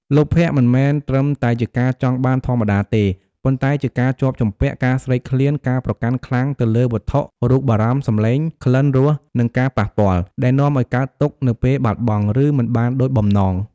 លោភៈ មិនមែនត្រឹមតែការចង់បានធម្មតាទេ ប៉ុន្តែជាការជាប់ជំពាក់ ការស្រេកឃ្លាន ការប្រកាន់ខ្លាំងទៅលើវត្ថុ រូបារម្មណ៍ សំឡេង ក្លិន រស និងការប៉ះពាល់ ដែលនាំឱ្យកើតទុក្ខនៅពេលបាត់បង់ ឬមិនបានដូចបំណង។